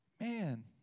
man